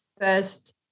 first